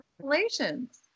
congratulations